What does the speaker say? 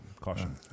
Caution